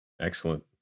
Excellent